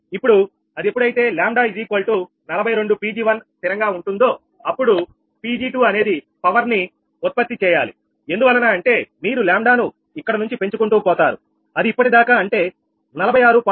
ఇప్పుడు అది ఎప్పుడైతే 𝜆42 𝑃𝑔1 స్థిరంగా ఉంటుందో అప్పుడు Pg2 అనేది పవర్ ను ఉత్పత్తి చేయాలి ఎందువలన అంటే మీరు ఇక్కడి నుంచి పెంచుకుంటూ పోతారు అది ఇప్పటిదాకా అంటే 46